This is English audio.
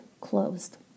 closed